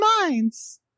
minds